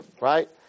right